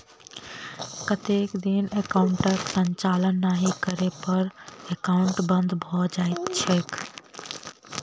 कतेक दिन एकाउंटक संचालन नहि करै पर एकाउन्ट बन्द भऽ जाइत छैक?